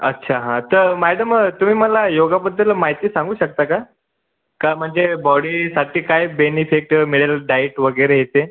अच्छा हा तर मॅडम तुम्ही मला योगाबद्दल माहिती सांगू शकता का का म्हणजे बॉडीसाठी काय बेनिफिट मिळेल डाएट वगैरे हे ते